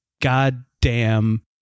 goddamn